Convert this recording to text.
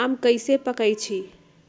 आम कईसे पकईछी?